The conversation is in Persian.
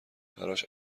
براش